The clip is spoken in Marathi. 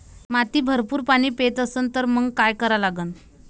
माती भरपूर पाणी पेत असन तर मंग काय करा लागन?